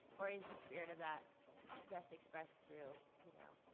or is the spirit of that best expressed through, you know,